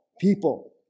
people